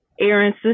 Aaron's